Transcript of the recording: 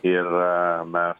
ir mes